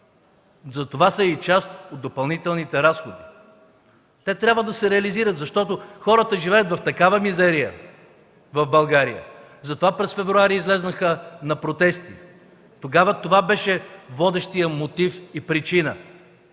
Затова са и част от допълнителните разходи. Те трябва да се реализират, защото хората в България живеят в такава мизерия – затова през февруари излязоха на протести. Тогава това беше водещият мотив и причина.